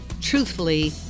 truthfully